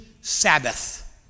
Sabbath